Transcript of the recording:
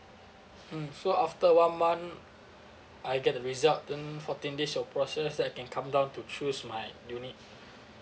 mm so after one month I get the result then fourteen days you'll process then I can come down to choose my unit